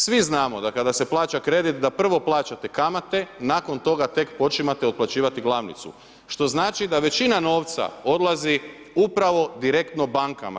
Svi znamo da kada se plaća kredit, da prvo plaćate kamate, nakon toga tek počimate otplaćivati glavnicu, što znači da većina novca odlazi upravo direktno bankama.